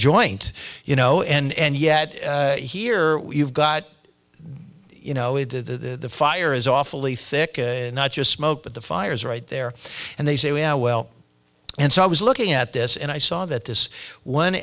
joint you know and yet here you've got you know it the fire is awfully thick not just smoke but the fires right there and they say oh well and so i was looking at this and i saw that this one